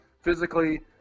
Physically